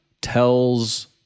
tells